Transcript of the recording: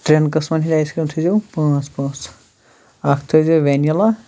ترٛٮ۪ن قٕسمَن ہِنٛدۍ آیس کَرٛیٖم تھٔےزیو پانٛژھ پانٛژھ اَکھ تھٔےزیو وینیٖلا